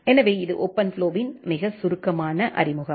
எனவே இது ஓபன்ஃப்ளோவின் மிகச் சுருக்கமான அறிமுகம்